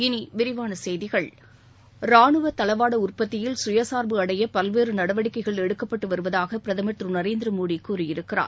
இனி விரிவான செய்திகள் ராணுவத் தளவாட உற்பத்தியில் சுயசார்பு அடைய பல்வேறு நடவடிக்கைகள் எடுக்கப்பட்டு வருவதாக பிரதமர் திரு நரேந்திர மோடி கூறியிருக்கிறார்